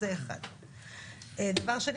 הדיון הזה